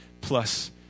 plus